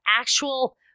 actual